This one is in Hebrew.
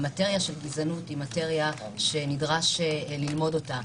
שהמטריה של גזענות היא מטריה שנדרש ללמוד אותה,